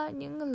những